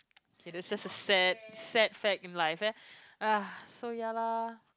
okay this is the sad sad fact in life eh so ya lah